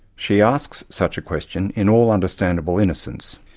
she asks such a question in all understandable innocence,